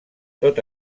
tot